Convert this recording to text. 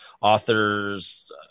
authors